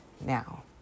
now